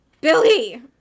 Billy